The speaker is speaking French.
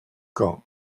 camp